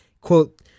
Quote